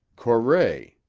corray.